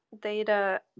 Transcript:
data